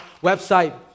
website